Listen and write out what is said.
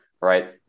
Right